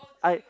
I